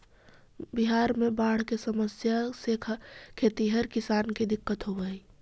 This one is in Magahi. बिहार में बाढ़ के समस्या से खेतिहर किसान के दिक्कत होवऽ हइ